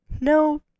no